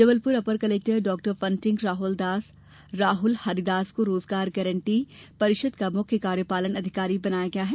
जबलपुर अपर कलेक्टर डॉ फंटिंग राहल हरिदास को रोजगार गारंटी परिषद का मुख्य कार्यपालन अधिकारी बनाया गया है